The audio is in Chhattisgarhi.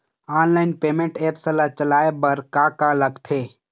ऑनलाइन पेमेंट एप्स ला चलाए बार का का लगथे?